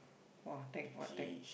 !wah! tech what tech